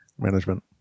management